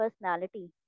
personality